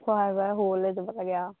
খোৱাই বোৱাই শুবলৈ যাব লাগে আৰু